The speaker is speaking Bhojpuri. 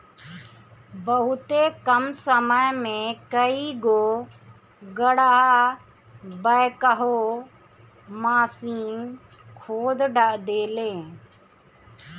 बहुते कम समय में कई गो गड़हा बैकहो माशीन खोद देले